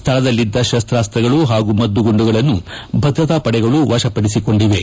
ಸ್ಥಳದಲ್ಲಿದ್ದ ಶಸ್ತಾಸ್ತಗಳು ಹಾಗೂ ಮದ್ದುಗುಂಡುಗಳನ್ನು ಭದ್ರತಾ ಪಡೆಗಳು ವಶಪಡಿಸಿಕೊಂಡಿವೆ